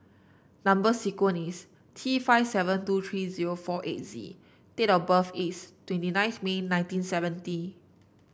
number sequence is T five seven two three zero four eight Z and date of birth is twenty nine May nineteen seventy